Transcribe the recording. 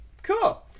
cool